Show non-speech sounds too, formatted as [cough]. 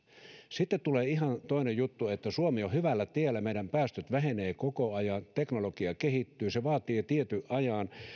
sitten tulee ihan toinen juttu että suomi on hyvällä tiellä meidän päästömme vähenevät koko ajan teknologia kehittyy se vaatii tietyn ajan [unintelligible]